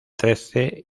trece